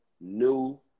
new